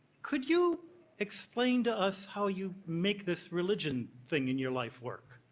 could you explain to us how you make this religion thing in your life work?